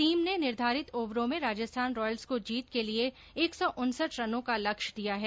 team ने निर्धारित ओवरों में राजस्थान रॉयल्स को जीत के लिये एक सौ उनसठ रनों का लक्ष्य दिया है